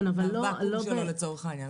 מהוואקום שלו לצורך העניין,